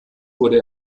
wurde